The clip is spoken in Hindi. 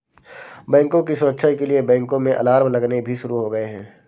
बैंकों की सुरक्षा के लिए बैंकों में अलार्म लगने भी शुरू हो गए हैं